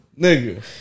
nigga